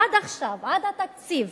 עד עכשיו, עד לתקציב